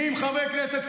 90 חברי כנסת,